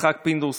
יצחק פינדרוס,